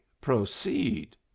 Proceed